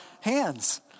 hands